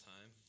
Time